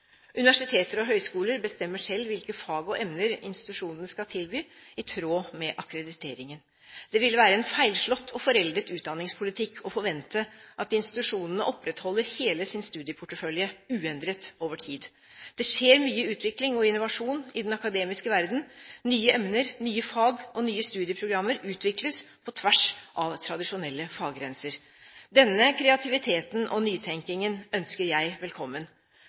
Universiteter og høyskoler bestemmer selv hvilke fag og emner institusjonen skal tilby i tråd med akkrediteringen. Det ville være en feilslått og foreldet utdanningspolitikk å forvente at institusjonene opprettholder hele sin studieportefølje uendret over tid. Det skjer mye utvikling og innovasjon i den akademiske verden. Nye emner, nye fag og nye studieprogrammer utvikles på tvers av tradisjonelle faggrenser. Denne kreativiteten og nytenkningen ønsker jeg velkommen.